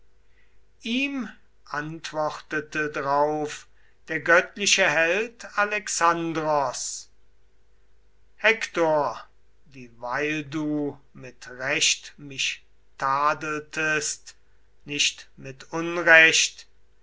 ihm antwortete drauf der göttliche held alexandros hektor dieweil du mit recht mich tadeltest nicht mit unrecht